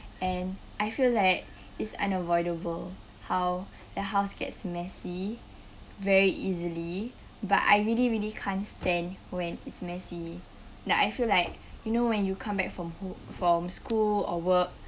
and I feel like it's unavoidable how the house gets messy very easily but I really really can't stand when it's messy like I feel like you know when you come back from home from school or work